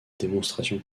démonstration